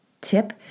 tip